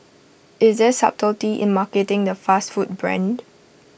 is there subtlety in marketing the fast food brand